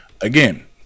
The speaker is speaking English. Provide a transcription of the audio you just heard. again